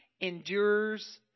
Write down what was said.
endures